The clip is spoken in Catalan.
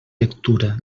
lectura